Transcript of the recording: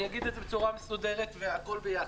אני אגיד את זה בצורה מסודרת והכול ביחד.